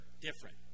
different